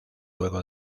luego